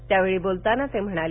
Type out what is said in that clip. यावेळी बोलताना ते म्हणाले